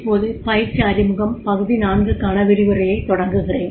இப்போது பயிற்சி அறிமுகம் பகுதி 4 க்கான விரிவுரையைத் தொடங்குறேன்